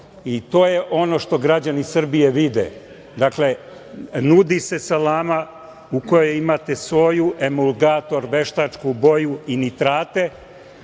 i to je ono što građani Srbije vide. Dakle, nudi se salama u kojoj imate soju, emulgator, veštačku boju i nitrate,